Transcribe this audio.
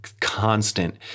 constant